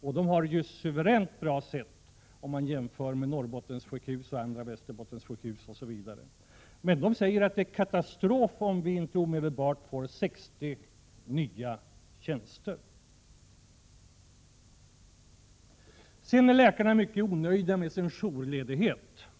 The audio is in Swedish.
Och där har man det ju suveränt bra jämfört med Norrbottens sjukhus, Västerbottens sjukhus osv. Man säger att det blir katastrof om man inte omedelbart får 60 nya tjänster. Läkarna är vidare inte alls nöjda med sin jourledighet.